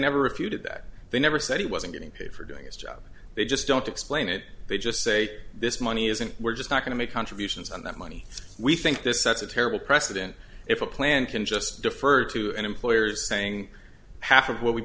never refuted that they never said he wasn't getting paid for doing his job they just don't explain it they just say this money isn't we're just not going to make contributions on that money we think this sets a terrible precedent if a plan can just defer to employers saying half of what we